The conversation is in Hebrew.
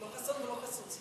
לא חסוֹן ולא חסוּן,